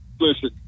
listen